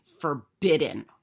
forbidden